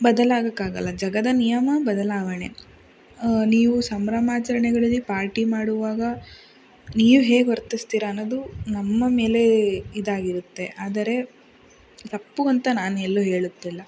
ಬದಲಾಗೋಕ್ಕಾಗಲ್ಲ ಜಗದ ನಿಯಮ ಬದಲಾವಣೆ ನೀವು ಸಂಭ್ರಮಾಚರಣೆಗಳಲ್ಲಿ ಪಾರ್ಟಿ ಮಾಡುವಾಗ ನೀವು ಹೇಗೆ ವರ್ತಿಸ್ತೀರ ಅನ್ನೋದು ನಮ್ಮ ಮೇಲೆ ಇದಾಗಿರುತ್ತೆ ಆದರೆ ತಪ್ಪು ಅಂತ ನಾನು ಎಲ್ಲು ಹೇಳುತ್ತಿಲ್ಲ